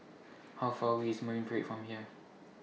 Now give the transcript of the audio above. How Far away IS Marine Parade from here